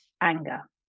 anger